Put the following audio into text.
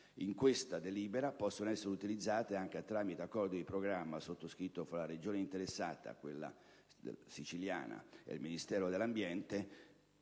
tali risorse possono essere utilizzate anche tramite accordo di programma sottoscritto dalla Regione interessata, quella Siciliana, e il Ministero dell'ambiente,